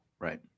right